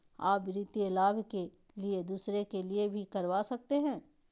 आ वित्तीय लाभ के लिए दूसरे के लिए भी करवा सकते हैं?